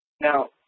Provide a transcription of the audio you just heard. Now